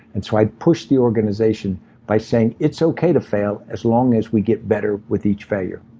and so i'd push the organization by saying it's okay to fail as long as we get better with each failure.